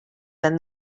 than